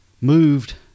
moved